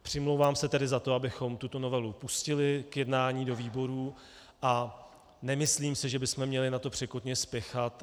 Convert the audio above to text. Přimlouvám se tedy za to, abychom tuto novelu pustili k jednání do výborů, a nemyslím si, že bychom měli na to překotně spěchat.